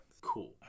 cool